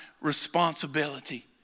responsibility